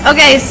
Okay